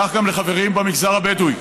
כך גם לחברים במגזר הבדואי,